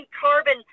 carbon